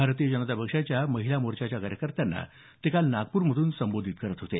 भारतीय जनता पक्षाच्या महिला मोर्चाच्या कार्यकर्त्यांना ते काल नागपूर मधून संबोधित करत होते